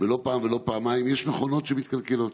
לא פעם ולא פעמיים מכונות מתקלקלות,